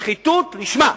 שחיתות לשמה.